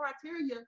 criteria